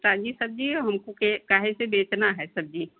ताज़ी सब्ज़ी हमको के काहे से बेचना है सब्ज़ी